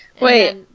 Wait